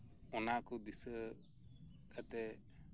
ᱚᱱᱟᱠᱚ ᱫᱤᱥᱟᱹ ᱠᱟᱛᱮᱫ